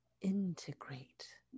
Integrate